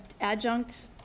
Adjunct